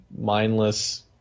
mindless